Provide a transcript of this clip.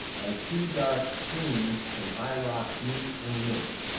as two dark streams from high rocks meet and mix,